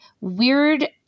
weird